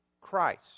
Christ